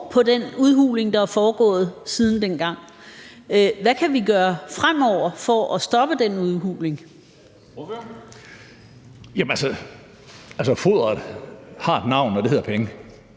på den udhuling, der er foregået siden dengang. Hvad kan vi gøre fremover for at stoppe den udhuling? Kl. 13:41 Formanden (Henrik